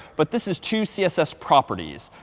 but this is two css properties.